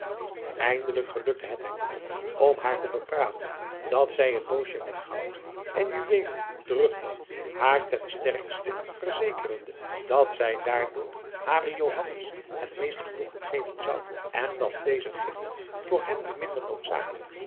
eindelijk gelukte het hem ook om haar te bepraten dat zij het doosje met goud en juweelen terug nam haar ten sterkste verzekerende dat zij daardoor haren johannes het meest genoegen geven zou en dat deze gift voor hem nu minder noodzakelijk